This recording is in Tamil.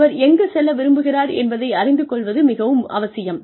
ஒருவர் எங்குச் செல்ள விரும்புகிறார் என்பதை அறிந்து கொள்வது மிகவும் அவசியம்